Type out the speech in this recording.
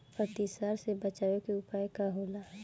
अतिसार से बचाव के उपाय का होला?